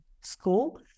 school